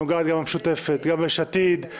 היא נוגעת גם לרשימה המשותפת, גם ליש עתיד.